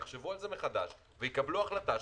יחשבו על זה מחדש ויקבלו החלטה,